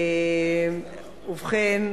ובכן,